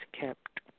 kept